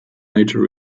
nature